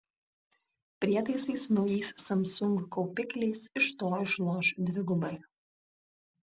prietaisai su naujais samsung kaupikliais iš to išloš dvigubai